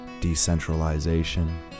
decentralization